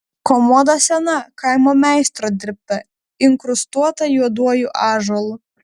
komoda sena kaimo meistro dirbta inkrustuota juoduoju ąžuolu